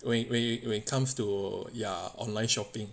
when it when it comes to ya online shopping